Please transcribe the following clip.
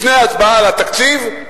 לפני הצבעה על התקציב,